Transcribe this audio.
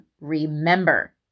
remember